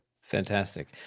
Fantastic